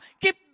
keep